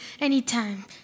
Anytime